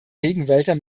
regenwälder